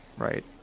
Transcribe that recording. right